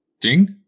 Ding